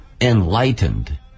enlightened